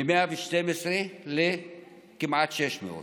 מ-112 לכמעט 600,